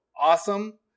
awesome